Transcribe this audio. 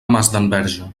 masdenverge